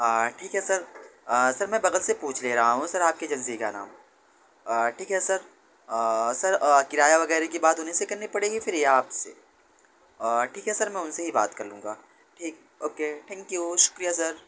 ٹھیک ہے sir sir میں بغل سے پوچھ لے رہا ہوں سر آپ کی ایجنسی کا نام ٹھیک ہے سر سر کرایہ وغیرہ کی بات انہیں سے کرنی پڑے گی پھر یا آپ سے ٹھیک ہے سر میں ان سے ہی بات کر لوں گا ٹھیک اوکے ٹھینک یو شکریہ سر